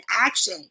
action